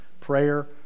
Prayer